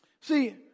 See